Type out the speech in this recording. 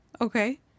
Okay